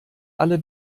alle